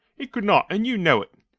it could not, and you know it.